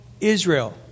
Israel